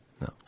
No